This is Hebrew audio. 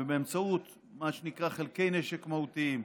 ובאמצעות מה שנקרא חלקי נשק מהותיים,